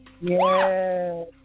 Yes